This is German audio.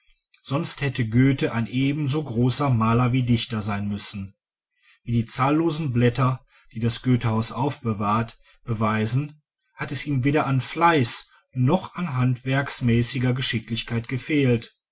sonst hätte goethe ein ebenso großer maler wie dichter sein müssen wie die zahllosen blätter die das goethehaus aufbewahrt beweisen hat es ihm weder an fleiß noch an handwerksmäßiger geschicklichkeit gefehlt